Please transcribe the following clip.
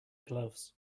gloves